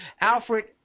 Alfred